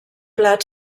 plat